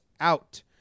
out